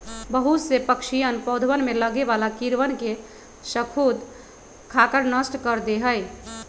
बहुत से पक्षीअन पौधवन में लगे वाला कीड़वन के स्खुद खाकर नष्ट कर दे हई